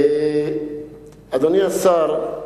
אדוני השר,